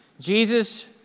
Jesus